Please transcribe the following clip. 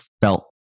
felt